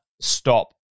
stop